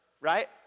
Right